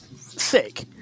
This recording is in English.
sick